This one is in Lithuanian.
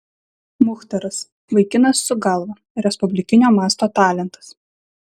muchtaras vaikinas su galva respublikinio masto talentas